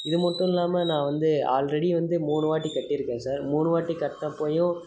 இது மட்டும் இல்லாமல் நான் வந்து ஆல்ரெடி வந்து மூணுவாட்டி கட்டியிருக்கேன் சார் மூணுவாட்டி கட்டினப்பையும்